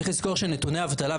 צריך לזכור שנתוני האבטלה,